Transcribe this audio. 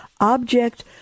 object